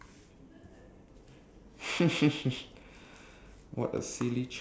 I have one two and three you want me to read all three or you choose a number and I choose one